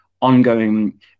ongoing